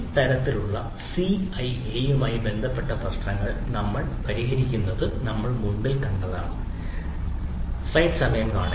ഈ തരത്തിലുള്ള സിഐഎയുമായി ബന്ധപ്പെട്ട പ്രശ്നങ്ങളെ നമ്മൾ പരാമർശിക്കുന്നത് നമ്മളുടെ മുൻപിൽ വരും